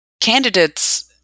candidates